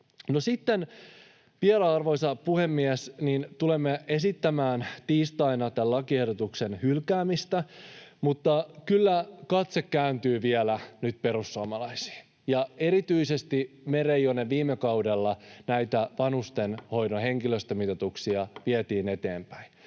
Sitten vielä, arvoisa puhemies, tulemme esittämään tiistaina tämän lakiehdotuksen hylkäämistä, mutta kyllä katse kääntyy vielä nyt perussuomalaisiin ja erityisesti me, Reijonen, viime kaudella näitä vanhustenhoidon henkilöstömitoituksia vietiin eteenpäin.